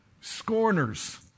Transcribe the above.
scorners